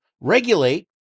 regulate